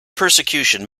persecution